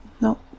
no